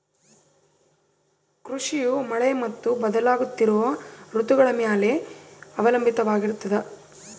ಕೃಷಿಯು ಮಳೆ ಮತ್ತು ಬದಲಾಗುತ್ತಿರೋ ಋತುಗಳ ಮ್ಯಾಲೆ ಅವಲಂಬಿತವಾಗಿರ್ತದ